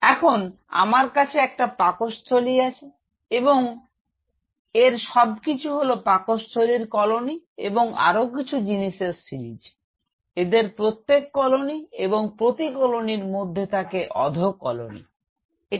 এখন আমার কাছে একটা পাকস্থলী আছে এবং এর সব কিছু হল পাকস্থলীর কলোনি এবং আরও কিছু জিনিষের সিরিজ এদের প্রত্যেকে কলোনি এবং প্রতি কলোনির মধ্যে থাকে অধঃকলোনি কেমন এটা